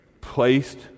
placed